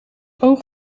oog